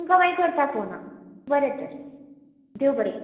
तुमकां मागीर करता फोना आं बरें तर देव बरें